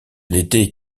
n’était